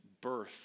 birth